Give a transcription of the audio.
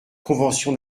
convention